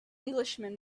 englishman